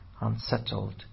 unsettled